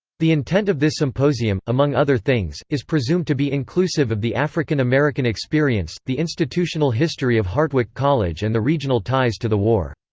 the intent of this symposium, among other things, is presumed to be inclusive of the african american experience, the institutional history of hartwick college and the regional ties to the war.